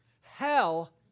Hell